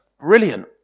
Brilliant